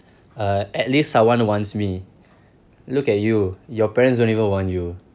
uh at least someone wants me look at you your parents don't even want you